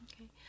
okay